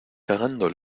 cagando